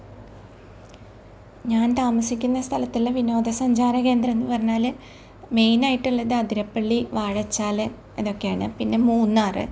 ഞാൻ താമസിക്കുന്ന സ്ഥലത്തുള്ള വിനോദസഞ്ചാര കേന്ദ്രം എന്ന് പറഞ്ഞാൽ മെയിൻ ആയിട്ടുള്ളത് ആതിരപ്പള്ളി വാഴച്ചാൽ ഇതൊക്കെയാണ് പിന്നെ മൂന്നാർ